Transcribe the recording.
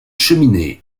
cheminée